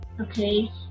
okay